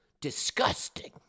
Disgusting